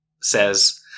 says